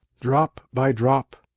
drop by drop,